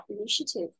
initiative